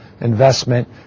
investment